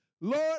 Lord